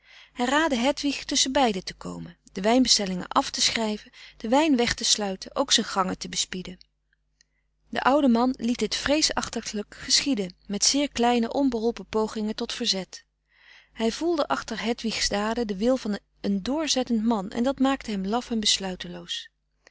hij raadde hedwig tusschen beide te komen de wijnbestellingen af te frederik van eeden van de koele meren des doods schrijven den wijn weg te sluiten ook zijn gangen te bespieden de oude man liet dit vreesachtiglijk geschieden met zeer kleine onbeholpen pogingen tot verzet hij voelde achter hedwigs daden den wil van een drzettend man en dat maakte hem laf en besluiteloos